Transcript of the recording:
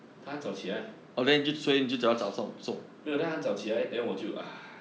她很早起来 没有他很早起来我就